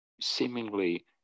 seemingly